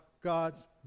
God's